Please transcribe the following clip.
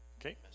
Okay